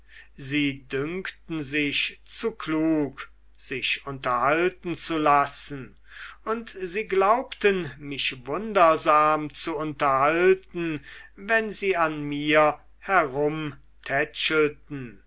sie dünkten sich zu klug sich unterhalten zu lassen und sie glaubten mich wundersam zu unterhalten wenn sie an mir